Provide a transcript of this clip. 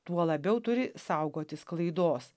tuo labiau turi saugotis klaidos